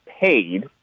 paid